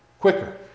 quicker